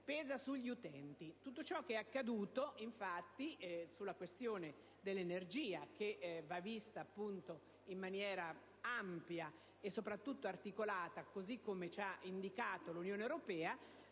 e sugli utenti. Tutto ciò che è accaduto, infatti, sulla questione dell'energia - che va vista in maniera ampia e soprattutto articolata così come ci ha indicato l'Unione europea